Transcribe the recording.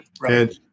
Right